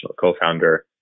co-founder